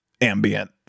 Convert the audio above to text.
ambient